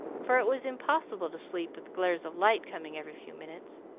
for it was impossible to sleep with glares of light coming every few minutes,